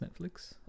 Netflix